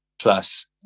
plus